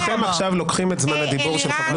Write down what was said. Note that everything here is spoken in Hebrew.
אתם עכשיו לוקחים את זמן הדיבור של חברת הכנסת דבי ביטון.